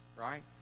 right